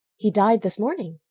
he died this morning.